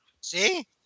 see